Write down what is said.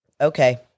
Okay